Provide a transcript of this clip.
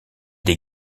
des